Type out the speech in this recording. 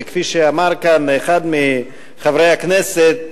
וכפי שאמר כאן אחד מחברי הכנסת: